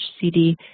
CD